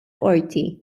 qorti